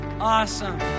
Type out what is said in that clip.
Awesome